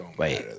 wait